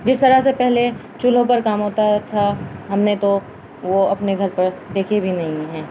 جس طرح سے پہلے چولہوں پر کام ہوتا تھا ہم نے تو وہ اپنے گھر پر دیکھے بھی نہیں ہیں